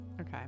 Okay